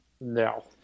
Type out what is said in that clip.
No